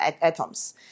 atoms